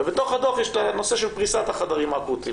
ובתוך הדו"ח יש את הנושא של פרישת החדרים האקוטיים.